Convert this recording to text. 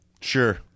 sure